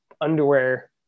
underwear